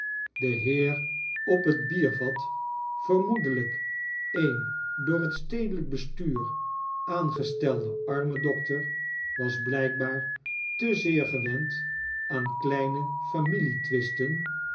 de heer op het biervat vermoedejijk eeai door het stedehjk bestuur aangestelde armendokter was blijkbaar te zeer gewend aan